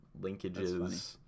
linkages